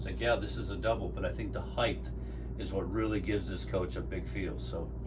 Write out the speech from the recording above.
ah yeah this is a double but i think the height is what really gives this coach a big feel. so